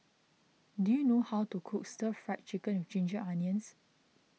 do you know how to cook Stir Fried Chicken with Ginger Onions